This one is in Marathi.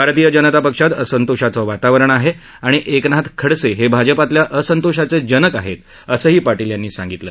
भारतीय जनता पक्षात असंतोषाचं वातावरण आहे आणि एकनाथ खडसे हे भाजपतल्या असंतोषाचे जनक आहेत असंही पाटील यावेळी म्हणाले